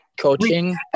coaching